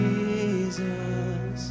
Jesus